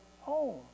home